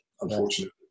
unfortunately